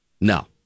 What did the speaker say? No